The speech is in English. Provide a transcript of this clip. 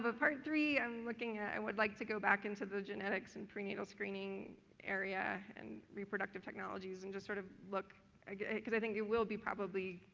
part three, i'm looking at i would like to go back into the genetics and prenatal screening area and reproductive technologies and just sort of look because i think it will be probably